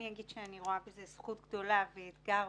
אני רואה בזה זכות גדולה ואתגר,